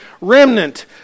remnant